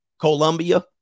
Colombia